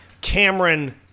Cameron